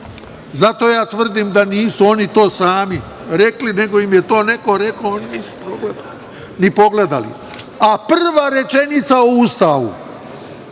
Zato ja tvrdim da nisu oni to sami rekli, nego im je to neko rekao, a oni to nisu ni pogledali. Prva rečenica u Ustavu,